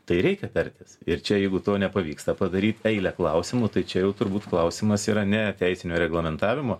tai reikia tartis ir čia jeigu to nepavyksta padaryt eilę klausimų tai čia jau turbūt klausimas yra ne teisinio reglamentavimo